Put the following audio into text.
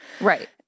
right